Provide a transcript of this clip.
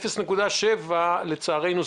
ו-0.7% נפטרים, לצערנו.